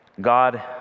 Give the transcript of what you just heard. God